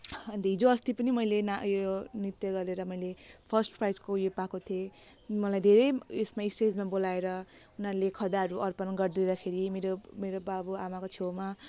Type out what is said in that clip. अन्त हिजोअस्ति पनि मैले नाम उयो नृत्य गरेर मैले फर्स्ट प्राइजको उयो पाएको थिएँ मलाई धेरै उयोमा स्टेजमा बोलाएर उनीहरूले खदाहरू अर्पण गरिदिँदाखेरि मेरो मेरो बाबुआमाको छेउमा